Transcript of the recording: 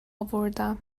آوردم